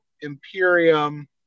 imperium